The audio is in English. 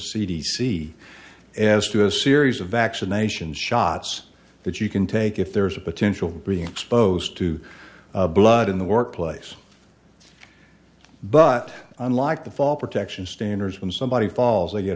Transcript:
c as to a series of vaccinations shots that you can take if there's a potential being exposed to blood in the workplace but unlike the fall protection standards when somebody falls they get